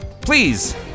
please